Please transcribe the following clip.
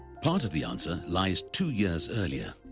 part of the answer lies two years earlier.